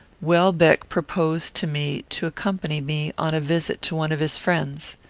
welbeck proposed to me to accompany me on a visit to one of his friends.